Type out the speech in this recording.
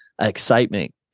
excitement